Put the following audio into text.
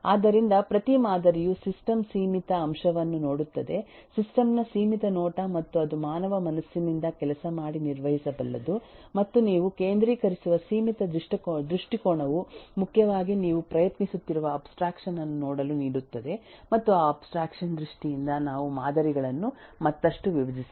ಆದ್ದರಿಂದ ಪ್ರತಿ ಮಾದರಿಯು ಸಿಸ್ಟಮ್ ಸೀಮಿತ ಅಂಶವನ್ನು ನೋಡುತ್ತದೆ ಸಿಸ್ಟಮ್ ನ ಸೀಮಿತ ನೋಟ ಮತ್ತು ಅದು ಮಾನವ ಮನಸ್ಸಿನಿಂದ ಕೆಲಸ ಮಾಡಿ ನಿರ್ವಹಿಸಬಲ್ಲದು ಮತ್ತು ನೀವು ಕೇಂದ್ರೀಕರಿಸುವ ಸೀಮಿತ ದೃಷ್ಟಿಕೋನವು ಮುಖ್ಯವಾಗಿ ನೀವು ಪ್ರಯತ್ನಿಸುತ್ತಿರುವ ಅಬ್ಸ್ಟ್ರಾಕ್ಷನ್ ಅನ್ನು ನೋಡಲು ನೀಡುತ್ತದೆ ಮತ್ತು ಆ ಅಬ್ಸ್ಟ್ರಾಕ್ಷನ್ ದೃಷ್ಟಿಯಿಂದ ನಾವು ಮಾದರಿಗಳನ್ನು ಮತ್ತಷ್ಟು ವಿಭಜಿಸಬಹುದು